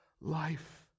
life